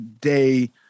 day